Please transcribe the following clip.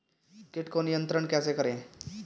कीट को नियंत्रण कैसे करें?